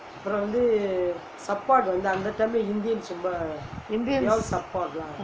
indians